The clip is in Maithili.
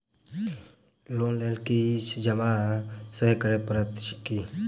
लोन लेल किछ जमा सेहो करै पड़त की?